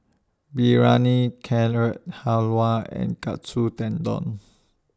Biryani Carrot Halwa and Katsu Tendon